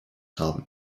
haben